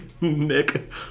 Nick